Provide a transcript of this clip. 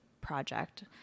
project